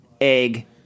egg